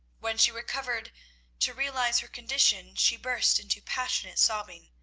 when she recovered to realise her condition, she burst into passionate sobbing,